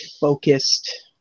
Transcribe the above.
focused